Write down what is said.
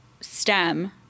STEM